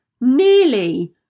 nearly